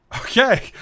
Okay